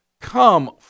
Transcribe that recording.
come